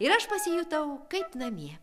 ir aš pasijutau kaip namie